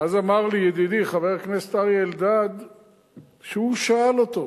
אז אמר לי ידידי חבר הכנסת אריה אלדד שהוא שאל אותו,